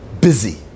busy